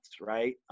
Right